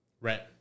Rent